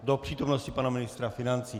Do přítomnosti pana ministra financí.